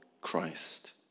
Christ